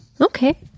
Okay